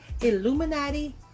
Illuminati